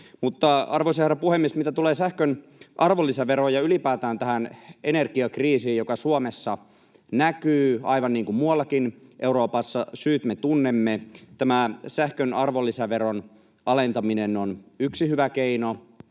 herra puhemies, mitä tulee sähkön arvonlisäveroon ja ylipäätään tähän energiakriisiin, joka Suomessa näkyy aivan niin kuin muuallakin Euroopassa — syyt me tunnemme — tämä sähkön arvonlisäveron alentaminen on yksi hyvä keino.